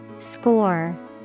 score